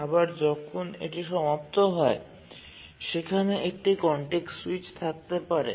আবার যখন এটি সমাপ্ত হয় সেখানে একটি কনটেক্সট সুইচ থাকতে পারে